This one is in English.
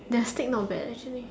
the steak not bad actually